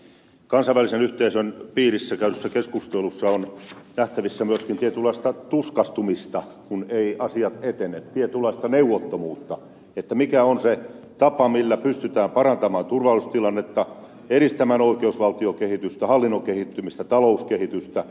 kansainvälisen yhteisön piirissä käydyssä keskustelussa on nähtävissä myöskin tietynlaista tuskastumista kun asiat eivät etene tietynlaista neuvottomuutta siitä mikä on se tapa millä pystytään parantamaan turvallisuustilannetta edistämään oikeusvaltiokehitystä hallinnon kehittymistä talouskehitystä